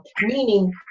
Meaning